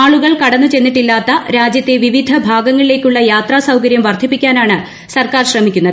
ആളുകൾ കടന്നുചെന്നിട്ടില്ലാത്ത രാജ്യത്തെ വിവിധ ഭാഗങ്ങളിലേക്കുള്ള യാത്ര സൌകരൃം വർധിപ്പിക്കാനാണ് സർക്കാർ ശ്രമിക്കുന്നത്